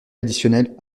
additionnels